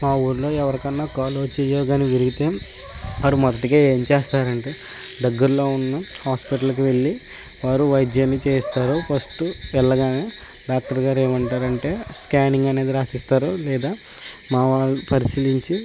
మా ఊళ్ళో ఎవరికైనా కాలో చెయ్యో కానీ విరిగితే వారు మొదటిగా ఏం చేస్తారు అంటే దగ్గరలో ఉన్న హాస్పిటల్కి వెళ్ళి వారు వైద్యాన్ని చేస్తారు ఫస్ట్ వెళ్ళగానే డాక్టర్ గారు ఏమి అంటారంటే స్కానింగ్ అనేది వ్రాసిస్తారు లేదా మా వాల్ పరిశీలించి